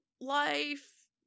life